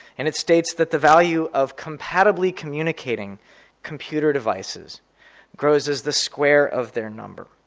and it states that the value of compatibly communicating computer devices grows as the square of their number.